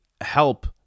help